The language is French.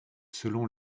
selon